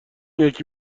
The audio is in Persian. یکی